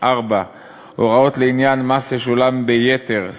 4. הוראות לעניין מס ששולם ביתר,